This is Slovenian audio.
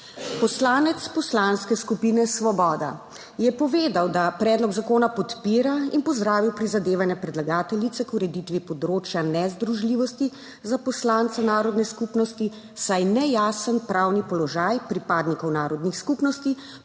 Poslanec Poslanske skupine Svoboda je povedal, da predlog zakona podpira in pozdravil prizadevanja predlagateljice k ureditvi področja nezdružljivosti za poslance narodne skupnosti, saj nejasen pravni položaj pripadnikov narodnih skupnosti